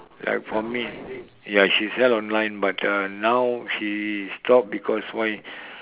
like for me ya she sell online but uh now she stop because why